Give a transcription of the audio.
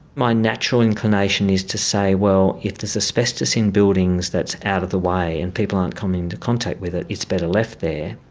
my natural inclination is to say, well, if there's asbestos in buildings that's out of the way and people aren't coming into contact with it, it's better left there.